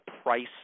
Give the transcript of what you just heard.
price